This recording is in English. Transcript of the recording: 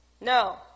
No